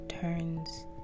turns